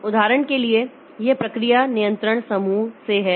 उदाहरण के लिए यह प्रक्रिया नियंत्रण समूह से है